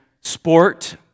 sport